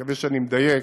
מקווה שאני מדייק,